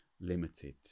limited